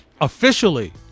officially